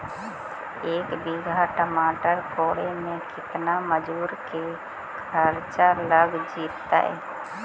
एक बिघा टमाटर कोड़े मे केतना मजुर के खर्चा लग जितै?